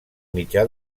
mitjà